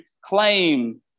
claim